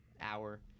hour